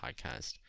podcast